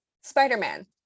Spider-Man